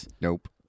Nope